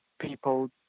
people